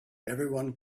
everyone